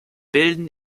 bilden